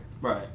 Right